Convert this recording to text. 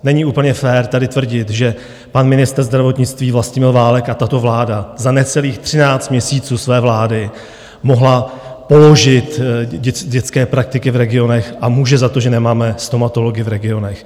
Není úplně fér tady tvrdit, že pan ministr zdravotnictví Vlastimil Válek a tato vláda za necelých 13 měsíců své vlády mohli položit dětské praktiky v regionech a můžou za to, že nemáme stomatology v regionech.